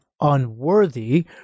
unworthy